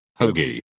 Hoagie